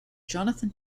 jonathan